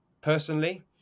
personally